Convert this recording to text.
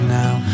now